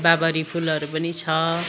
बाबरी फुलहरू पनि छ